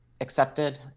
accepted